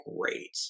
great